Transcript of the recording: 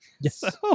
yes